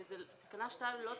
תקנה 2 לא תבוטל,